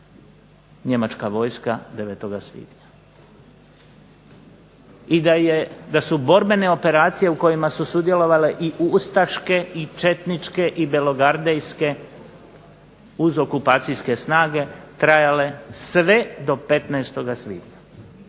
njemačka vojska 9. svibnja i da su borbene operacije u kojima su sudjelovale i ustaške i četničke i belogardejske uz okupacijske snage trajale sve do 15. svibnja.